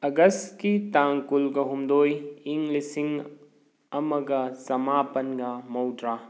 ꯑꯒꯁꯀꯤ ꯇꯥꯡ ꯀꯨꯟꯒ ꯍꯨꯝꯗꯣꯏ ꯏꯪ ꯂꯤꯁꯤꯡ ꯑꯃꯒ ꯆꯃꯥꯄꯟꯒ ꯃꯧꯗ꯭ꯔꯥ